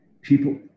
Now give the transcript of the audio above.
people